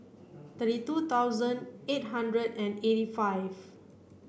thirty two thousand eight hundred and eighty five